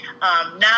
Now